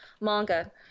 manga